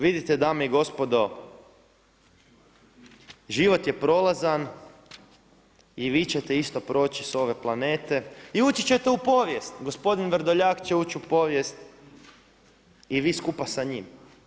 Vidite dame i gospodo, život je prolazan i vi ćete isto proći s ove planete i ući ćete u povijest, gospodin Vrdoljak će ući u povijest i vi skupa s a njima.